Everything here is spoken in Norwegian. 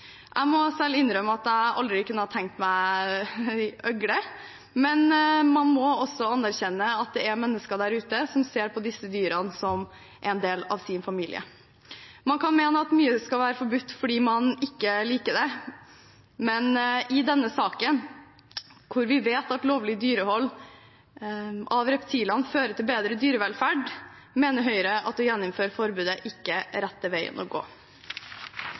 Jeg må selv innrømme at jeg aldri kunne tenkt meg å ha en øgle, men man må anerkjenne at det er mennesker der ute som ser på disse dyrene som en del av sin familie. Man kan mene at mye skal være forbudt fordi man ikke liker det, men i denne saken, hvor vi vet at lovlig dyrehold av reptilene fører til bedre dyrevelferd, mener Høyre at å gjeninnføre forbudet ikke er rette veien å gå.